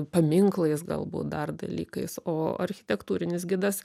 paminklais galbūt dar dalykais o architektūrinis gidas